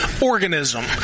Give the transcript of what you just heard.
organism